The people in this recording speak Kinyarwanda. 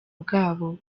bwabo